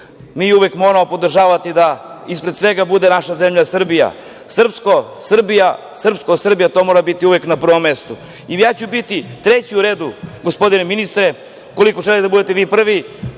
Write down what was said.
mi uvek moramo podržavati da ispred svega bude naša zemlja Srbija. Srpsko, Srbija, to mora biti uvek na prvom mestu. Ja ću biti treći u redu, gospodine ministre, ukoliko vi želite da budete prvi,